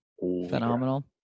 Phenomenal